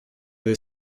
the